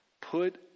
put